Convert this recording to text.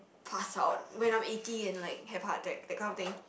pass out when I'm eighty and like have heart attack that kind of thing